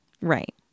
Right